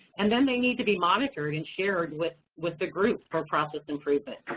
and then they need to be monitored and shared with with the group for process improvement.